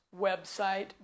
website